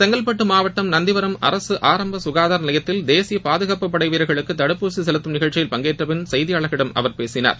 செங்கல்பட்டு மாவட்டம் நந்திவரம் அரசு ஆரம்பு சுகாதார நிலையத்தில் தேசிய பாதுகாப்புப்படை வீரர்களுக்கு தடுப்பூசி செலுத்தும் நிகழ்ச்சியில் பங்கேற்ற பின் செய்தியாளர்களிடம் அவர் பேசினார்